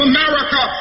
America